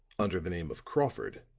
under the name of crawford,